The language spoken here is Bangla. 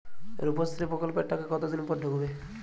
রুপশ্রী প্রকল্পের টাকা কতদিন পর ঢুকবে?